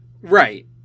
Right